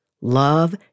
Love